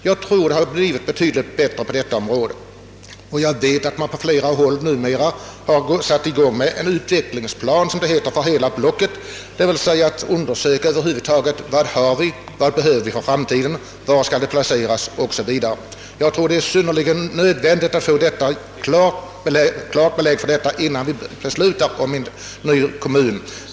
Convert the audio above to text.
Jag tror att det har blivit betydligt bättre på detta område, och jag vet att man på flera håll börjat upprätta en utvecklingsplan för hela blocket. Man gör undersökningar för att få svar på frågorna: Vad har vi, vad behöver vi för framtiden, var skall det placeras? — 0. s. v. Jag tror att det är nödvändigt att vi får detta klart innan vi beslutar om en ny kommun.